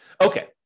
Okay